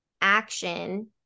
action